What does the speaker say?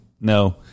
No